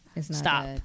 Stop